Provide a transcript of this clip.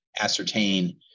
ascertain